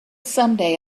someday